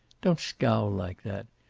don't scowl like that.